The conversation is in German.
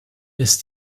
ist